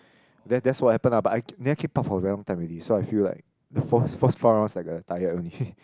that that's what happen ah but I then keep up for a very long time already so I feel like the first four rounds like uh tired only